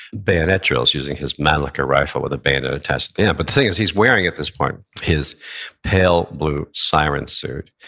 bayonet drills using his mannlicher rifle with a bayonet attached to the end. but the thing is, he's wearing at this point his pale blue siren suit,